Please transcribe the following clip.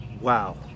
Wow